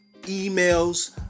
emails